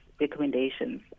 recommendations